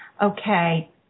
Okay